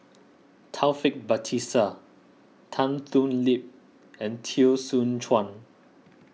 Taufik Batisah Tan Thoon Lip and Teo Soon Chuan